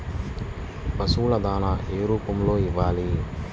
పశువుల దాణా ఏ రూపంలో ఇవ్వాలి?